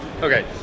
okay